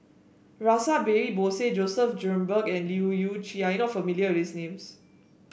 Rash Behari Bose Joseph Grimberg and Leu Yew Chye You are not familiar with these names